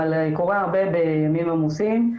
אבל קורה הרבה בימים עמוסים,